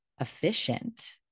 efficient